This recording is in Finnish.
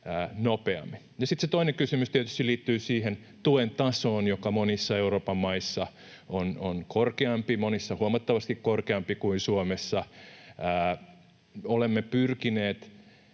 se toinen kysymys tietysti liittyy siihen tuen tasoon, joka monissa Euroopan maissa on korkeampi, monissa huomattavasti korkeampi kuin Suomessa. Olemme pyrkineet